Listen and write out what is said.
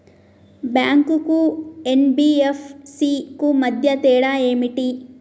Bank కు NBFC కు మధ్య తేడా ఏమిటి?